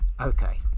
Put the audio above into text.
okay